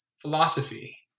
philosophy